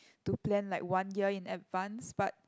to plan like one year in advance but